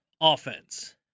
offense